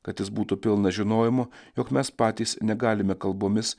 kad jis būtų pilnas žinojimo jog mes patys negalime kalbomis